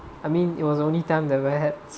I mean it was only time the wear hat